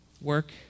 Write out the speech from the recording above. work